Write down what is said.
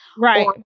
right